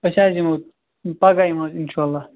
أسۍ حظ یِمو پگاہ یِمو اِنشاء اللہ